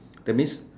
that means